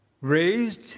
Raised